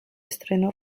estreno